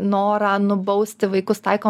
norą nubausti vaikus taiko